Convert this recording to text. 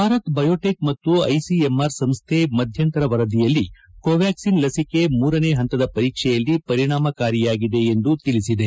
Bharat biotech ಮತ್ತು ICMR ಸಂಸ್ಥೆ ಮಧ್ಯಂತರ ವರದಿಯಲ್ಲಿ ಕೋವ್ಕಾಕ್ಲಿನ್ ಲಸಿಕೆ ಮೂರನೇ ಪಂತದ ಪರೀಕ್ಷೆಯಲ್ಲಿ ಪರಿಣಾಮಕಾರಿಯಾಗಿದೆ ಎಂದು ತಿಳಿಸಿದೆ